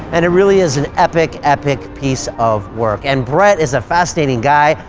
and it really is an epic, epic piece of work. and brett is a fascinating guy,